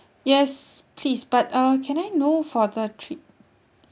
yes please but uh can I know for the trip